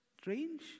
strange